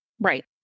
Right